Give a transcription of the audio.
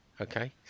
Okay